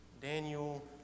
Daniel